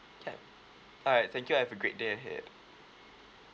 can alright thank you have a great day ahead